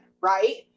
right